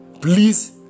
Please